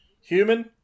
Human